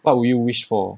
what would you wish for